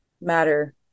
matter